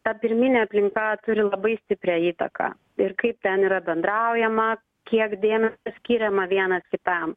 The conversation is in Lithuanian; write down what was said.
ta pirminė aplinka turi labai stiprią įtaką ir kaip ten yra bendraujama kiek dėmesio skiriama vienas kitam